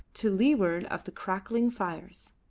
to leeward of the crackling fires.